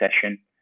session